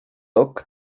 rok